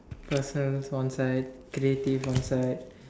personal one side creative one side